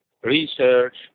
research